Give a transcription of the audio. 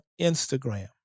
Instagram